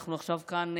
ואנחנו עכשיו דנים כאן,